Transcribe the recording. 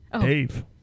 Dave